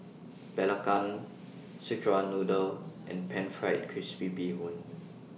Belacan Szechuan Noodle and Pan Fried Crispy Bee Hoon